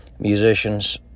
musicians